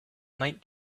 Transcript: might